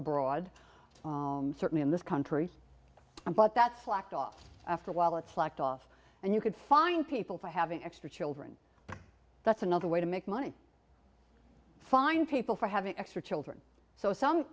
abroad certainly in this country but that's locked off after a while it slacked off and you could find people for having extra children but that's another way to make money find people for having extra children so some